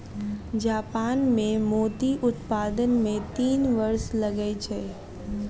Japan मे मोती उत्पादन मे तीन वर्ष लगै छै